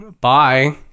bye